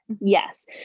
Yes